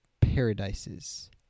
paradises